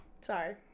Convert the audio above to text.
Sorry